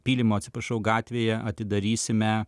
pylimo atsiprašau gatvėje atidarysime